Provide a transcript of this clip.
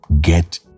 get